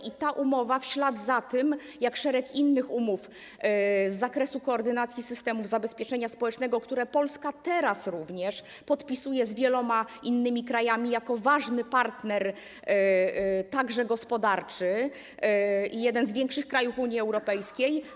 I ta umowa idzie w ślad za szeregiem innych umów z zakresu koordynacji systemów zabezpieczenia społecznego, które Polska teraz również podpisuje z wieloma innymi krajami jako ważny partner także gospodarczy i jeden z większych krajów Unii Europejskiej.